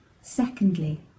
Secondly